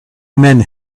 men